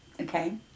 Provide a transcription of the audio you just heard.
Okay